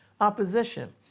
opposition